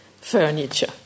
furniture